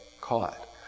caught